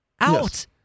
Out